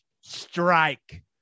Strike